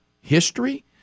history